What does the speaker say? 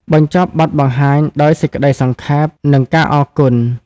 បញ្ចប់បទបង្ហាញដោយសេចក្តីសង្ខេប និងការអរគុណ។